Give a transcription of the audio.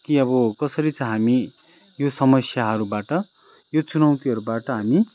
कि अब कसरी चाहिँ हामी यो समस्याहरूबाट यो चुनौतिहरूबाट हामी